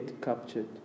captured